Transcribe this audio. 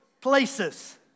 places